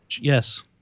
Yes